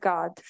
God